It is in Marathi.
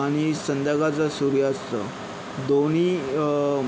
आणि संध्याकाळचा सूर्यास्त दोन्ही